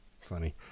Funny